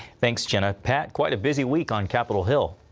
thanks, jenna. pat quite a busy week on capitol hill.